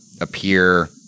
appear